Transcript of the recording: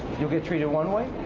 you'll get treated one way.